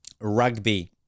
Rugby